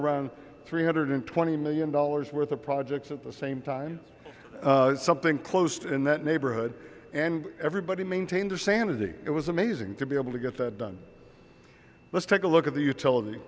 around three hundred twenty million dollars worth of projects at the same time something closed in that neighborhood and everybody maintained their sanity it was amazing to be able to get that done let's take a look at the utility